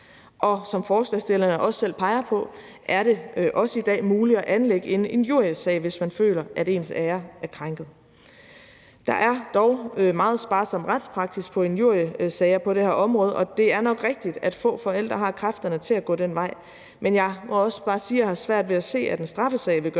og som forslagsstillerne også selv peger på, er det også i dag muligt at anlægge en injuriesag, hvis man føler, at ens ære er krænket. Der er dog meget sparsom retspraksis for injuriesager på det her område, og det er nok rigtigt, at få forældre har kræfterne til at gå den vej. Men jeg må også bare sige, at jeg har svært ved at se, at en straffesag vil gøre